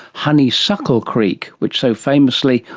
honeysuckle creek which so famously,